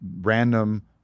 Random